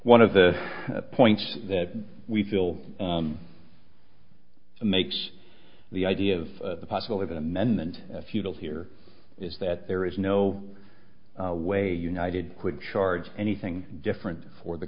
one of the points that we feel makes the idea of the possible of an amendment futile here is that there is no way united could charge anything different for the